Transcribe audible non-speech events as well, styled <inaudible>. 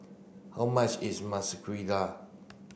how much is <unintelligible>